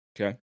Okay